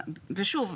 שוב,